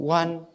one